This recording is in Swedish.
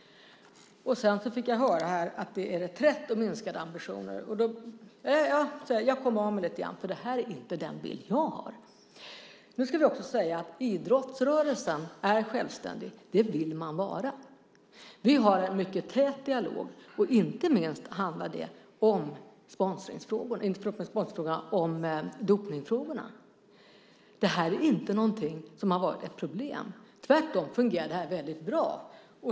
Men när jag fick höra om reträtt och minskade ambitioner kom jag, som sagt, lite grann av mig, för det är inte den bild jag har. Det ska sägas att idrottsrörelsen är självständig, och det vill man vara. Vi har en mycket tät dialog. Inte minst handlar det då om dopningsfrågorna. Det har inte varit några problem. Tvärtom har det fungerat väldigt bra.